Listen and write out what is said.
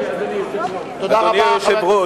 התבלבל, אדוני היושב-ראש.